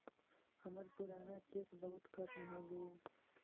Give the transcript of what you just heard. हमर पूराना cheque book खत्म हो गईल